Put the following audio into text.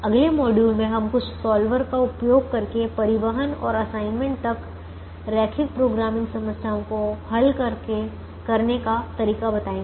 अगले मॉड्यूल में हम कुछ सॉल्वर का उपयोग करके परिवहन और असाइनमेंट तक रैखिक प्रोग्रामिंग समस्याओं को हल करने का तरीका बताएंगे